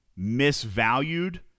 misvalued